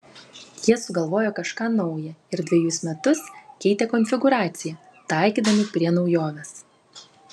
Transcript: jie sugalvojo kažką nauja ir dvejus metus keitė konfigūraciją taikydami prie naujovės